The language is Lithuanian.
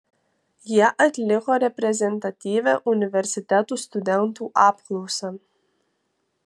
jie atliko reprezentatyvią universitetų studentų apklausą